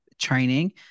training